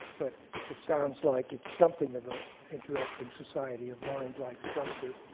but it sounds like it's something of a interesting society of mind like structure,